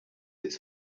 its